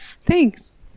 Thanks